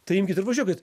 tai imkit ir važiuokit